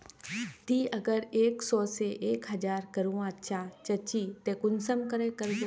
ती अगर एक सो से एक हजार करवा चाँ चची ते कुंसम करे करबो?